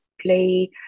play